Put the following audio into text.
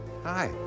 hi